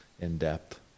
in-depth